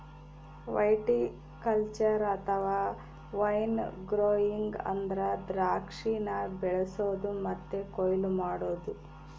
viticulture ಅಥವಾ wine growing ಅಂದ್ರ ದ್ರಾಕ್ಷಿನ ಬೆಳಿಸೊದು ಮತ್ತೆ ಕೊಯ್ಲು ಮಾಡೊದು